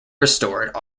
restored